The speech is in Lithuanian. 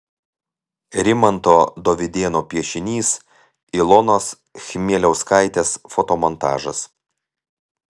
rimanto dovydėno piešinys ilonos chmieliauskaitės fotomontažas